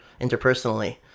interpersonally